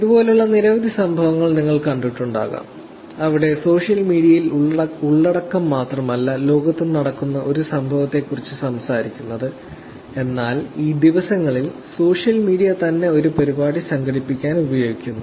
ഇതുപോലുള്ള നിരവധി സംഭവങ്ങൾ നിങ്ങൾ കണ്ടിട്ടുണ്ടാകാം അവിടെ സോഷ്യൽ മീഡിയയിൽ ഉള്ളടക്കം മാത്രമല്ല ലോകത്ത് നടക്കുന്ന ഒരു സംഭവത്തെക്കുറിച്ച് സംസാരിക്കുന്നത് എന്നാൽ ഈ ദിവസങ്ങളിൽ സോഷ്യൽ മീഡിയ തന്നെ ഒരു പരിപാടി സംഘടിപ്പിക്കാൻ ഉപയോഗിക്കുന്നു